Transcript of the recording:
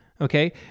okay